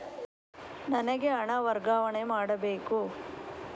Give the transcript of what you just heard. ನನಗೆ ಹಣ ವರ್ಗಾವಣೆ ಮಾಡಬೇಕು